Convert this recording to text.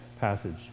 passage